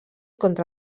contra